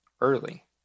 early